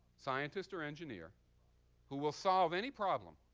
scientist or engineer who will solve any problem,